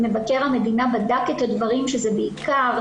הדוח של מבקר המדינה ממאי 2020 אכן מתמקד במענים שקשורים לנוער בסיכון,